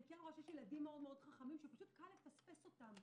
אני רואה שיש ילדים חכמים מאוד שפשוט קל לפספס אותם.